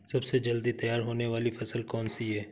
सबसे जल्दी तैयार होने वाली फसल कौन सी है?